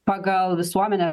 pagal visuomenės